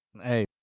Hey